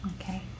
Okay